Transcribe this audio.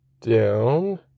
down